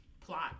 plot